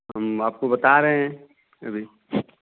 हम आपको बता रहे हैं अभी